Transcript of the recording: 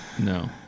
No